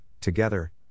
together